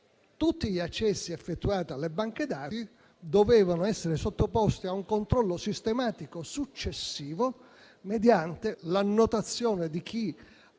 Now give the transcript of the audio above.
tutti gli accessi effettuati alle banche dati dovessero essere sottoposti a un controllo sistematico successivo, mediante l'annotazione di chi